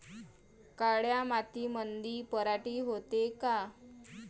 काळ्या मातीमंदी पराटी होते का?